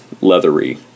leathery